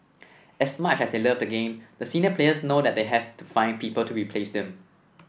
as much as they love the game the senior players know they have to find people to replace them